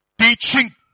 Teaching